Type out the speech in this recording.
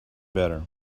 better